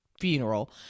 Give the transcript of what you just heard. funeral